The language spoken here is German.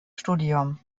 studium